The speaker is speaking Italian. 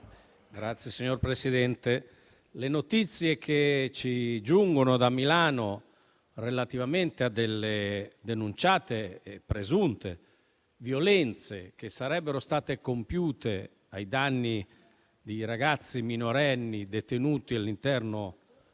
Signor Presidente, le notizie che ci giungono da Milano, relative a delle denunciate, presunte violenze che sarebbero state compiute ai danni di ragazzi minorenni detenuti all'interno